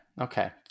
Okay